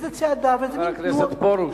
וזה צעדה, וזה מין תנועות, חבר הכנסת פרוש,